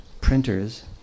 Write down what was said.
printers